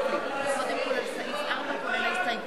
בדברים שלו, בהסבר שלו,